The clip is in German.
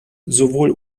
sowohl